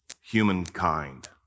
humankind